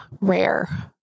rare